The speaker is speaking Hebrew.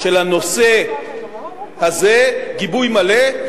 של הנושא הזה, גיבוי מלא,